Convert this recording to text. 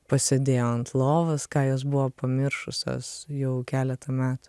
pasėdėjo ant lovos ką jos buvo pamiršusios jau keletą metų